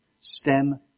stem